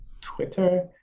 Twitter